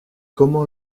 comment